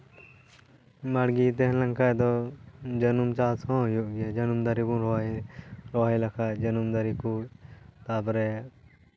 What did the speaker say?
ᱵᱟᱲᱜᱮ ᱛᱟᱦᱮᱸᱞᱮᱱ ᱠᱷᱟᱱ ᱫᱚ ᱡᱟᱱᱩᱢ ᱪᱟᱥ ᱦᱚᱸ ᱦᱩᱭᱩᱜ ᱜᱮᱭᱟ ᱡᱟᱹᱱᱩᱢ ᱫᱟᱨᱮ ᱵᱚᱱ ᱨᱚᱦᱚᱭ ᱞᱮᱠᱷᱟᱱ ᱡᱟᱹᱱᱩᱢ ᱫᱟᱨᱮ ᱠᱚ ᱛᱟᱯᱚᱨᱮ